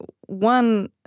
one